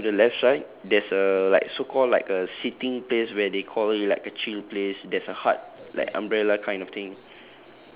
so moving on to the left side there's a like so called like a seating place where they called it like a chill place there's a heart like umbrella kind of thing